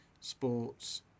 sports